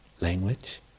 language